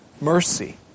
mercy